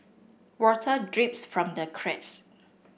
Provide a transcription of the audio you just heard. water drips from the cracks